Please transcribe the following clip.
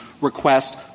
request